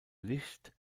licht